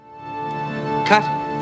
cut